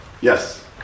Yes